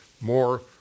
more